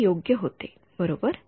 ते योग्य होते बरोबर